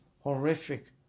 horrific